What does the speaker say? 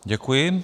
Děkuji.